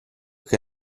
che